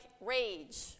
rage